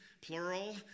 plural